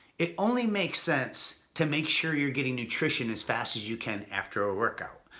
it only makes sense to make sure you're getting nutrition as fast as you can after a workout.